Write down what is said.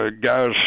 guys